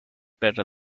better